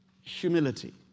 humility